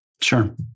Sure